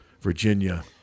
Virginia –